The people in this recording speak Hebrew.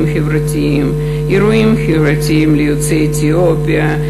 חברתיים: אירועים חברתיים ליוצאי אתיופיה,